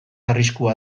arriskua